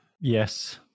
Yes